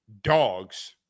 Dogs